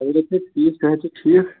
سٲری چھا ٹھیٖک صحت چھا ٹھیٖک